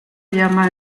llama